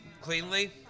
cleanly